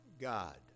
God